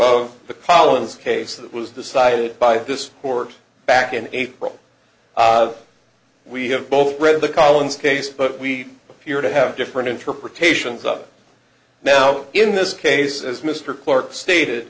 of the collins case that was decided by this court back in april we have both read the collins case but we appear to have different interpretations of it now in this case as mr clarke stated